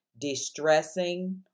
distressing